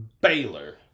Baylor